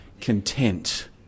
content